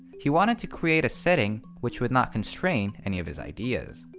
he wanted to create a setting which would not constrain any of his ideas.